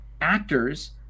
actors